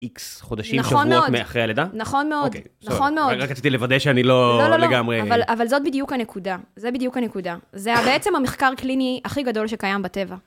איקס חודשים, שבועות מאחרי הלידה? נכון מאוד. נכון מאוד, נכון מאוד. רק רציתי לוודא שאני לא לגמרי... אבל זאת בדיוק הנקודה, זה בדיוק הנקודה. זה בעצם המחקר הקליני הכי גדול שקיים בטבע.